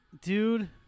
Dude